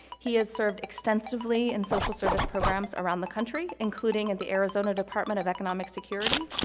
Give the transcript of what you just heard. he has served extensively in social services programs around the country, including at the arizona department of economic security,